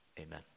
Amen